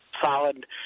solid